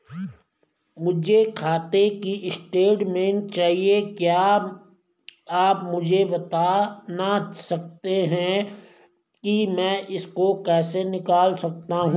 मुझे खाते की स्टेटमेंट चाहिए क्या आप मुझे बताना सकते हैं कि मैं इसको कैसे निकाल सकता हूँ?